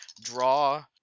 draw